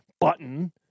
button